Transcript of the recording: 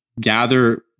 gather